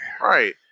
Right